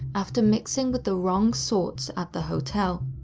after mixing with the wrong sorts at the hotel.